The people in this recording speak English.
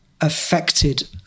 affected